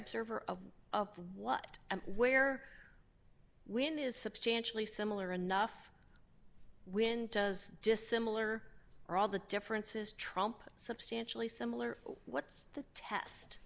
observer of what and where when is substantially similar enough when does just similar or all the differences trump substantially similar what's the test